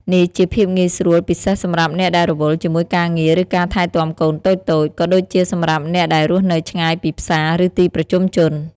នេះជាភាពងាយស្រួលពិសេសសម្រាប់អ្នកដែលរវល់ជាមួយការងារ ឬការថែទាំកូនតូចៗ ក៏ដូចជាសម្រាប់អ្នកដែលរស់នៅឆ្ងាយពីផ្សារ ឬទីប្រជុំជន។